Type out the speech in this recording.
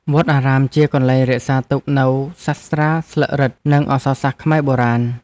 វត្តអារាមជាកន្លែងរក្សាទុកនូវសាស្រ្តាស្លឹករឹត និងអក្សរសាស្ត្រខ្មែរបុរាណ។